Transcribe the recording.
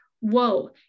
whoa